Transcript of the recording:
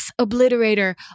Obliterator